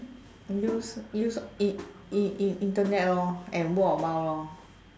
use use in in in internet lor and word of mouth lor